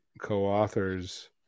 co-authors